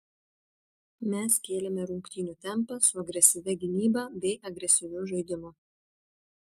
mes kėlėme rungtynių tempą su agresyvia gynyba bei agresyviu žaidimu